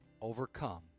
overcome